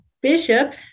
Bishop